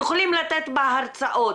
יכולים לתת עליה הרצאות,